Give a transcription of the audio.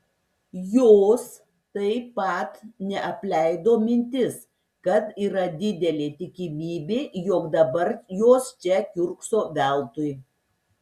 jos taip pat neapleido mintis kad yra didelė tikimybė jog dabar jos čia kiurkso veltui